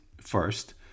first